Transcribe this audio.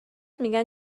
میگن